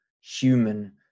human